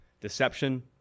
deception